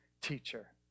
teacher